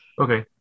Okay